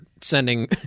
sending